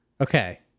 Okay